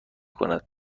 کند